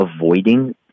avoiding